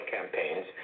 campaigns